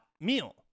meal